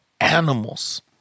animals